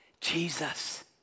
Jesus